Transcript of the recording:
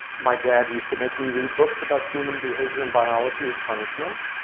my dad used to make me read books about human behavior and biology as punishment.